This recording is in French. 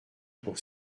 pour